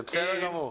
זה בסדר גמור,